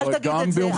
אל תגיד את זה.